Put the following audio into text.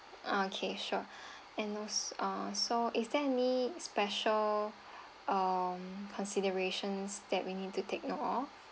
okay sure and also ah so is there any special um considerations that we need to take note of